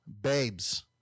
Babes